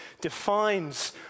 defines